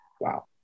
wow